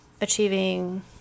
achieving